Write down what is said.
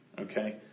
okay